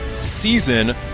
season